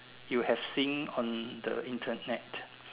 you have seen on the Internet